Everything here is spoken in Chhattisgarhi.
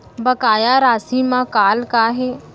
बकाया राशि मा कॉल का हे?